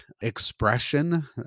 expression